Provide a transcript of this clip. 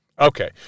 Okay